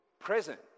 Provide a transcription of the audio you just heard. Present